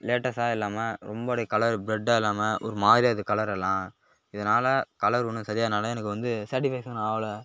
லேட்டஸ்ஸா இல்லாமல் ரொம்ப அப்டேயே கலர் பிரெட்டா இல்லாமல் ஒரு மாதிரியாக இருந்து கலர் எல்லாம் இதனால் கலர் ஒன்றும் சரியானால எனக்கு வந்து சேட்டிஃபேக்ஷன் ஆகல